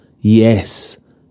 yes